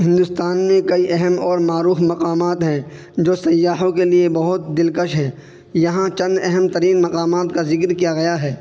ہندوستان میں کئی اہم اور معروف مقامات ہیں جو سیاحوں کے لیے بہت دلکش ہیں یہاں چند اہم ترین مقامات کا ذکر کیا گیا ہے